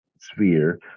sphere